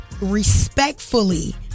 respectfully